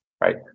right